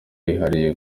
yihariye